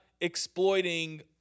exploiting